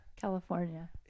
California